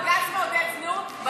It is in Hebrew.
בג"ץ מעודד זנות?